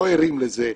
לא ערים לזה,